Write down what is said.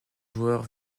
joueurs